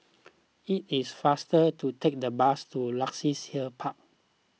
it is faster to take the bus to Luxus Hill Park